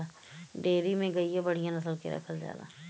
dairy में गइया बढ़िया नसल के रखल जाला